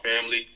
family